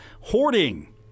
hoarding